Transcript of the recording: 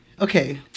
Okay